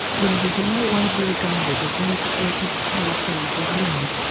and it is now widely regarded as one of the greatest horror films ever made.